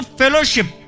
fellowship